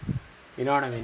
you know what I mean